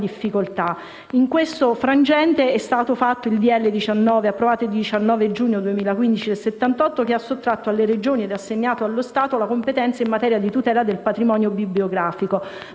In questo frangente è stato approvato il decreto-legge 19 giugno 2015, n. 78 che ha sottratto alle Regioni e assegnato allo Stato la competenza in materia di tutela del patrimonio bibliografico,